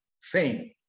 fame